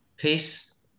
Peace